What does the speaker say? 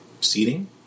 Seating